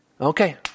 Okay